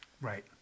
Right